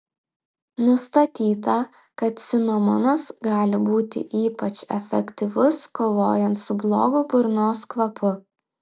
nustatyta kad cinamonas gali būti ypač efektyvus kovojant su blogu burnos kvapu